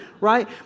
Right